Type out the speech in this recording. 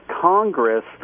Congress